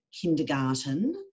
kindergarten